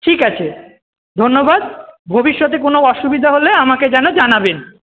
ঠিক আছে ধন্যবাদ ভবিষ্যতে কোনও অসুবিধা হলে আমাকে যেন জানাবেন